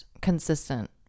consistent